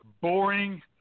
boring